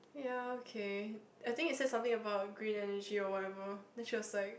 ya okay I think it said something about green energy or whatever then she was like